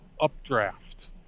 updraft